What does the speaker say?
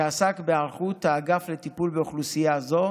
שעסק בהיערכות האגף לטיפול באוכלוסייה זו,